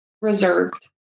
reserved